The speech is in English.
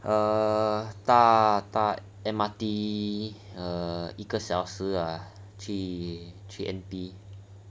ah 搭搭 M_R_T err 一个小时 ah 去去 N_P